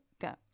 go